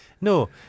No